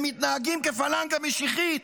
הם מתנהגים כפלנגה משיחית.